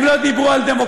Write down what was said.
הם לא דיברו על דמוקרטיה,